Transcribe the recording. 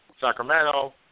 Sacramento